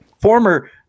former